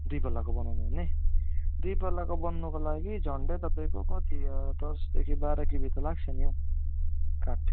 दुई पल्लाको बनाउनु हुने दुई पल्लाको बनाउनुको लागि झन्डै तपाईँको कति दसदेखि बाह्र किबी त लाग्छ नि हौ काठ